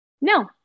No